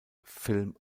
film